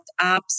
apps